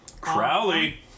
Crowley